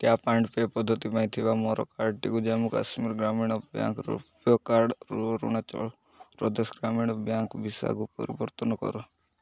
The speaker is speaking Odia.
ଟ୍ୟାପ୍ ଆଣ୍ଡ୍ ପେ ପଦ୍ଧତି ପାଇଁ ଥିବା ମୋର କାର୍ଡ଼ଟିକୁ ଜାମ୍ମୁ କାଶ୍ମୀର ଗ୍ରାମୀଣ ବ୍ୟାଙ୍କ୍ ରୂପୈ କାର୍ଡ଼ରୁ ଅରୁଣାଚଳ ପ୍ରଦେଶ ଗ୍ରାମୀଣ ବ୍ୟାଙ୍କ୍ ଭିସାକୁ ପରିବର୍ତ୍ତନ କର